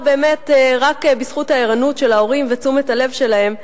רק בזכות הערנות של ההורים ותשומת הלב שלהם,